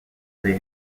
they